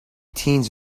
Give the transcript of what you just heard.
teens